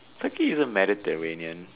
Turkey isn't Mediterranean